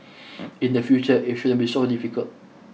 in the future it shouldn't be so difficult